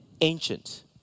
ancient